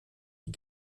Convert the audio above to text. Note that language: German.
die